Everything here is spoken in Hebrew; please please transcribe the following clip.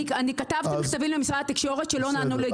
אני כתבתי מכתבים למשרד התקשורת שלא נענו.